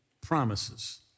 promises